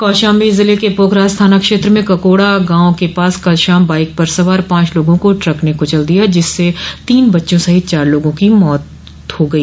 कौशाम्बी जिले के पोखराज थाना क्षेत्र में ककोड़ा गांव के पास कल शाम बाईक पर सवार पांच लोगों को टक ने क्चल दिया जिससे तीन बच्चों सहित चार लोगों की मौत मौके पर हो गई